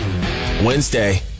Wednesday